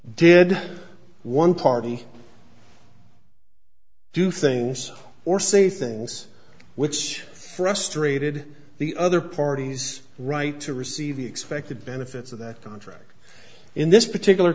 did one party do things or say things which frustrated the other parties right to receive the expected benefits of that contract in this particular